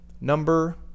Number